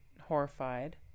horrified